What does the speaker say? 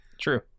true